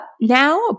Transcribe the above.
now